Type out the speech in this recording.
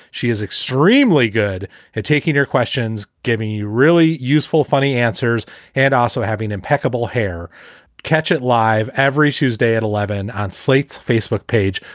she is extremely good at taking her questions, giving you really useful, funny answers and also having impeccable hair catch it live every tuesday at eleven zero on slate's facebook page.